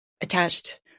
attached